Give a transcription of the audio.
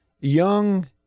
young